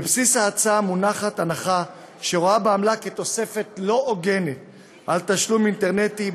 בבסיס ההצעה מונחת הנחה שרואה בעמלה תוספת לא הוגנת על תשלום אינטרנטי,